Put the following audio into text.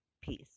peace